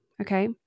Okay